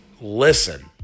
listen